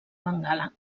bengala